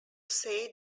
say